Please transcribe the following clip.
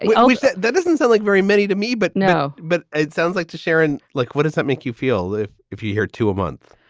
yeah always said that doesn't seem like very many to me, but no. but it sounds like to sharon, like, what does that make you feel if if you hear two a month?